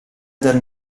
dal